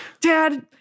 Dad